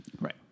Right